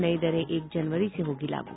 नयीं दरें एक जनवरी से होंगी लागू